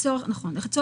גם לשר